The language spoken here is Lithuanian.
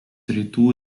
rytų